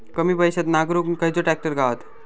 कमी पैशात नांगरुक खयचो ट्रॅक्टर गावात?